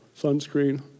sunscreen